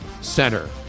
Center